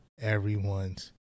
everyone's